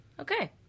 Okay